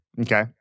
Okay